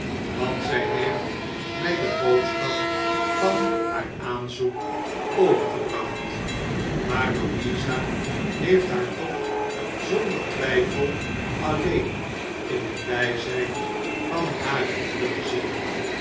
want zij heeft mij de boodschap van haar aanzoek overgebracht maar louisa heeft haar toch zonder twijfel alleen in het bijzijn van hare moeder gezien